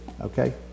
Okay